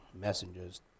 messengers